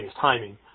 timing